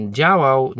działał